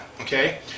okay